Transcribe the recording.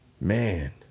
Man